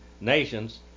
nations